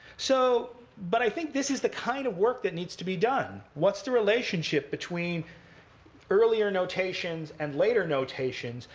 so but i think this is the kind of work that needs to be done. what's the relationship between earlier notations and later notations?